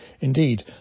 Indeed